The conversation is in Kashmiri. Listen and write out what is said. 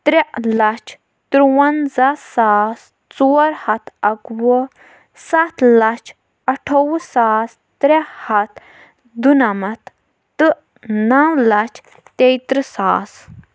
ترٛےٚ لَچھ تُرٛونٛزاہ ساس ژور ہَتھ اَکہٕ وُہ سَتھ لَچھ اَٹھووُہ ساس ترٛےٚ ہَتھ دُنَمَتھ تہٕ نَو لَچھ تیتٕرٛہ ساس